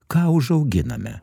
ką užauginame